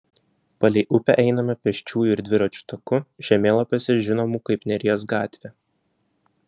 palei upę einame pėsčiųjų ir dviračių taku žemėlapiuose žinomų kaip neries gatvė